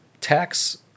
tax